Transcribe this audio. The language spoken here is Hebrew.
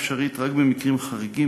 אפשרית רק במקרים חריגים,